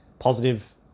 positive